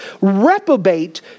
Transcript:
reprobate